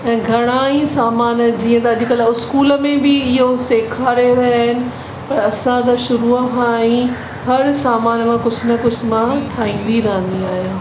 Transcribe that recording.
ऐं घणा ई सामानु जीअं त अॼुकल्ह स्कूल में बि इहो सेखारे रहिया आहिनि त असां त शुरूअ खां ई हर सामानु जो कुझु न कुझु मां ठाहींदी रहंदी आहियां